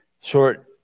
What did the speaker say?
short